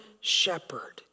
shepherd